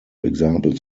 examples